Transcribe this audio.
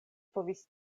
povis